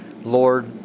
Lord